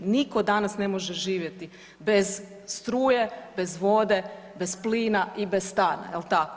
Nitko danas ne može živjeti bez struje, bez vode, bez plina i bez stana, je li tako?